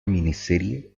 miniserie